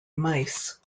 mice